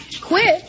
Quit